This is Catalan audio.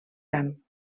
cant